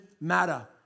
matter